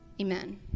Amen